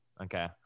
okay